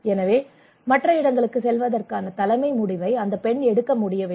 எனவே மற்ற இடங்களுக்குச் செல்வதற்கான தலைமை முடிவை அந்தப் பெண் எடுக்க முடியவில்லை